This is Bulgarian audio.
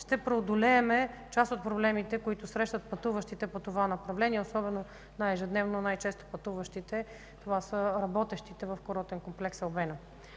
ще преодолеем част от проблемите, които срещат пътуващите по това направление, особено най-често пътуващите, това са работещите в Курортен комплекс „Албена”.